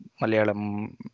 Malayalam